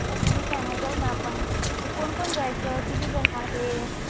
ठीक आहे न जाऊ न आपण कोणकोण जायचं किती जण आहे